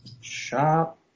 Shop